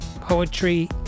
poetry